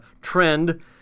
trend